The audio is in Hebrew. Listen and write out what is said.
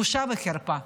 בושה וחרפה.